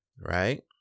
right